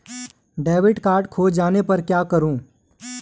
Debit card खो जाने पर क्या करूँ?